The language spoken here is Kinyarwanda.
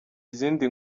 izindi